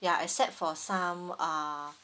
ya except for some um